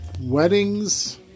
weddings